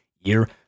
year